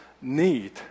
need